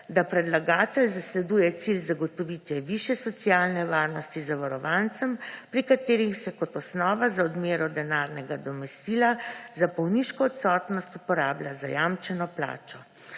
da predlagatelj zasleduje cilj zagotovitve višje socialne varnosti zavarovancev, pri katerih se kot osnova za odmero denarnega nadomestila za bolniško odsotnost uporablja zajamčeno plačo.